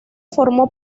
formó